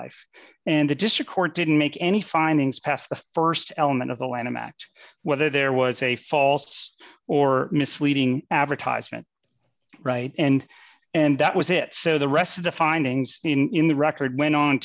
life and the district court didn't make any findings past the st element of the lanham act whether there was a false or misleading advertisement right and and that was it so the rest of the findings in the record went on